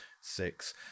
six